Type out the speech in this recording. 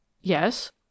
Yes